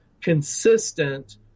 consistent